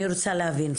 אני רוצה להבין,